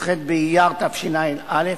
י"ח באייר התשע"א,